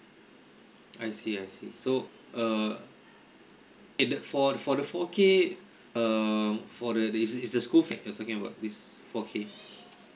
I see I see so err eh the for for the four K um for the is is the school fact we're talking about this four K